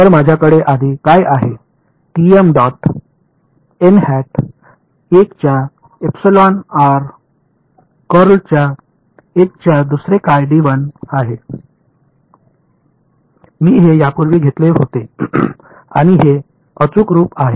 तर माझ्याकडे आधी काय आहे टीएम डॉट एन हॅट 1 च्या एप्सिलॉन आर कर्ल च्या एच च्या दुसरे काय d1 आहे मी हे यापूर्वी घेतले होते आणि हे अचूक रूप आहे